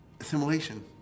assimilation